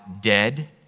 dead